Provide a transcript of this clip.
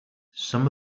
some